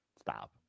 Stop